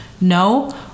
No